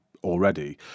already